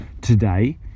today